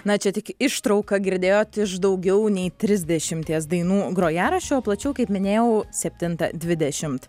na čia tik ištrauką girdėjot iš daugiau nei trisdešimties dainų grojaraščio o plačiau kaip minėjau septintą dvidešimt